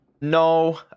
No